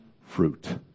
fruit